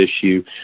issue